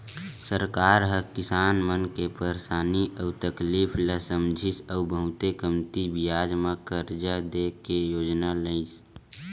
सरकार ह किसान मन के परसानी अउ तकलीफ ल समझिस अउ बहुते कमती बियाज म करजा दे के योजना लइस